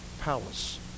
palace